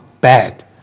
bad